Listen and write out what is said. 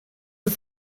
los